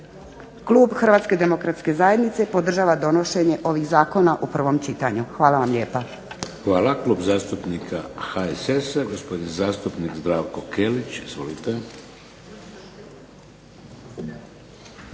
klub Hrvatske demokratske zajednice podržava donošenje ovih zakona u prvom čitanju. Hvala vam lijepa. **Šeks, Vladimir (HDZ)** Hvala. Klub zastupnika HSS-a, gosopdin zastupnik Zdravko Kelić. Izvolite.